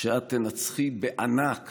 שאת תנצחי בענק